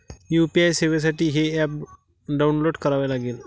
UPI सेवेसाठी हे app download करावे लागेल